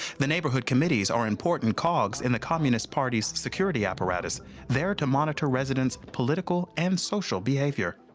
the neighborhood committees are important cogs in the communist party's security apparatus there to monitor residents' political and social behavior.